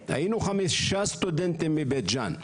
היינו חמישה סטודנטים מבית ג'אן.